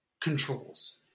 Controls